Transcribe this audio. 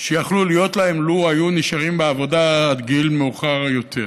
שיכלו להיות להם לו היו נשארים בעבודה עד גיל מאוחר יותר.